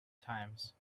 times